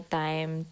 time